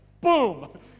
Boom